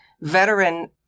veteran